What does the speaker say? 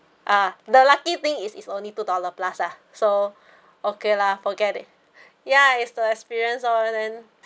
ah the lucky thing is is only two dollar plus lah so okay lah forget it ya it's the experience lor and then